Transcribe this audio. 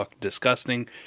disgusting